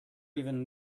even